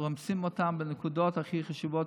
רומסים אותם בנקודות הכי חשובות,